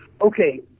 okay